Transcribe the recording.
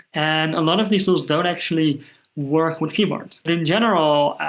and a lot of these tools don't actually work with keyboards. in general,